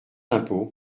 d’impôt